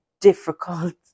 difficult